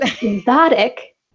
exotic